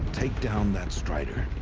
take down that strider.